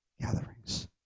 gatherings